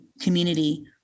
community